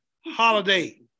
holiday